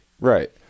right